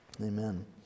Amen